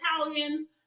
Italians